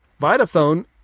Vitaphone